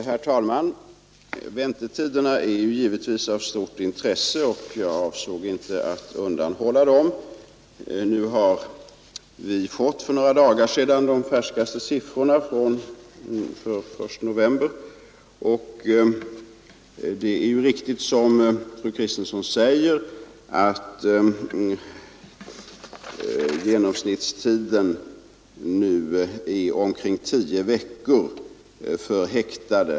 Herr talman! Väntetiderna är givetvis av stort intresse och jag avsåg inte att undanhålla dem. Vi har för några dagar sedan fått de färskaste siffrorna, för läget den 1 november, och det är riktigt som fru Kristensson säger att genomsnittstiden nu är omkring 10 veckor för häktade.